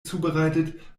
zubereitet